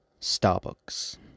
Starbucks